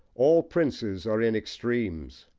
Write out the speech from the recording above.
all princes are in extremes.